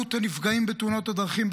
וכמות הנפגעים בתאונות הדרכים,